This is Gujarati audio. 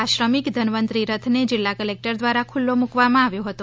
આ શ્રમિક ધનવંતરી રથને જિલ્લા કલેક્ટર દ્વારા ખુલ્લો મુકવામાં આવ્યો હતો